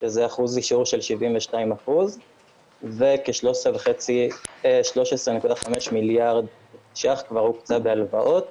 שזה אחוז אישור של 72%. וכ-13.5 מיליארד ש"ח כבר הוקצו בהלוואות.